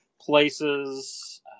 places